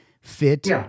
fit